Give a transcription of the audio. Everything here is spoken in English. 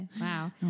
wow